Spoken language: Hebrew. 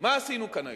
מה עשינו כאן היום?